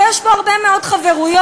ויש פה הרבה מאוד חברויות,